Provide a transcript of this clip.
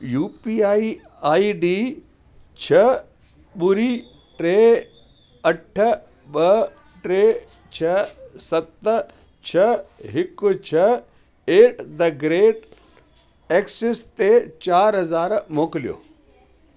U P I ID छह ॿुड़ी टे अठ ॿ टे छह सत छह हिकु छह एट द ग्रेट एक्सिस ते चारि हज़ार मोकिलियो